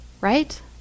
right